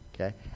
Okay